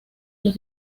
los